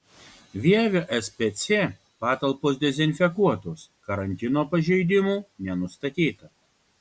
vievio spc patalpos dezinfekuotos karantino pažeidimų nenustatyta